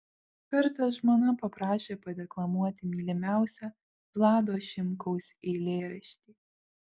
kartą žmona paprašė padeklamuoti mylimiausią vlado šimkaus eilėraštį